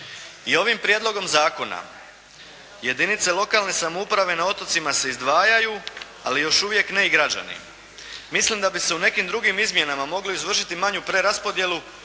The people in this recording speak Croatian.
I ovim Prijedlogom zakona jedinice lokalne samouprave na otocima se izdvajaju ali još uvijek ne i građani. Mislim da bi se u nekim drugim izmjenama moglo izvršiti manju preraspodjelu